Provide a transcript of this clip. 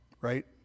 Right